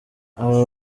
aba